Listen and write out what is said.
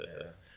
yes